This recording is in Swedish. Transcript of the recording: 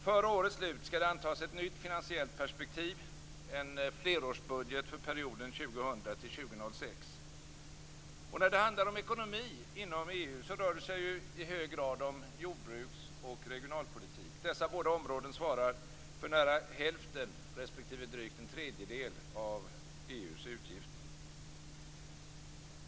Före årets slut skall det antas ett nytt finansiellt perspektiv - en flerårsbudget för perioden 2000-2006. Och när det handlar om ekonomi inom EU, rör det sig i hög grad om jordbruks och regionalpolitik. Dessa båda områden svarar ju för nära hälften respektive drygt en tredjedel av EU:s utgifter.